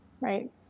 right